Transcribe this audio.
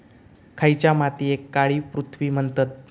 खयच्या मातीयेक काळी पृथ्वी म्हणतत?